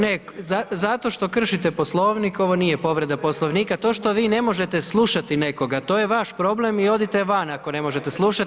Ne, zato što kršite Poslovnik, ovo nije povreda Poslovnika, to što vi ne možete slušati nekoga, to je vaš problem i odite van ako ne možete slušati.